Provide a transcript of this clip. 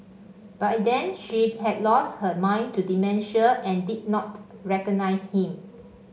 by then she had lost her mind to dementia and did not recognise him